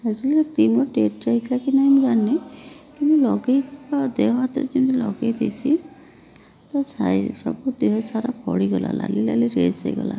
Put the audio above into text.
actually କ୍ରିମ୍ର date ଯାଇଥିଲା କି ନାହିଁ ମୁଁ ଜାଣିନି କିନ୍ତୁ ଲଗେଇଥିବା ଦେହ ହାତରେ ଯେମିତି ଲଗେଇ ଦେଇଛି ତ ସାଇଡ଼୍ ସବୁ ଦେହ ସାରା ଫଳିଗଲା ଲାଲି ଲାଲି ରେସ୍ ହେଇଗଲା